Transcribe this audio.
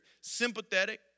sympathetic